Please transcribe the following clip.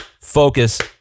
focus